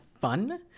fun